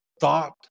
thought